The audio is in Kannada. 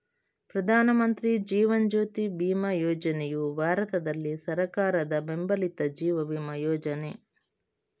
ಪ್ರಧಾನ ಮಂತ್ರಿ ಜೀವನ್ ಜ್ಯೋತಿ ಬಿಮಾ ಯೋಜನೆಯು ಭಾರತದಲ್ಲಿ ಸರ್ಕಾರದ ಬೆಂಬಲಿತ ಜೀವ ವಿಮಾ ಯೋಜನೆ